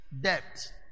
Debt